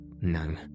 no